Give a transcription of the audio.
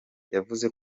yavuze